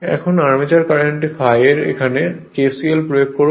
এখন armature current ∅ এর এখানে kcl প্রয়োগ করুন